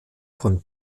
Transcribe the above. von